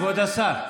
כבוד השר,